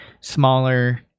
smaller